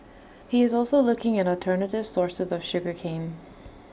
he is also looking at alternative sources of sugar cane